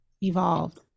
evolved